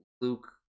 Luke